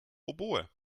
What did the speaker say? oboe